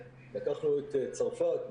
לקחנו את צרפת,